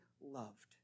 loved